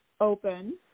open